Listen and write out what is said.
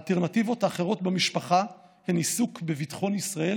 האלטרנטיבות האחרות במשפחה הן עיסוק בביטחון ישראל,